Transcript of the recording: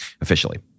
officially